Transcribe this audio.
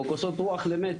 או כוסות רוח למת.